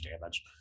damage